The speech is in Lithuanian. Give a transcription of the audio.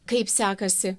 kaip sekasi